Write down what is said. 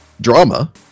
drama